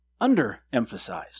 underemphasized